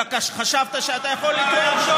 אלא כי חשבת שאתה יכול לתרום,